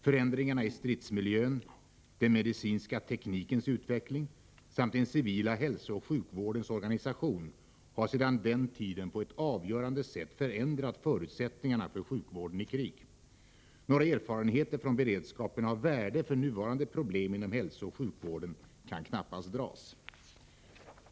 Förändringarna i stridsmiljön, den medicinska teknikens utveckling samt den civila hälsooch sjukvårdens organisation har sedan den tiden på ett avgörande sätt förändrat förutsättningarna för sjukvården i krig. Några erfarenheter från beredskapen av värde för nuvarande problem inom hälsooch sjukvården kan knappast dras.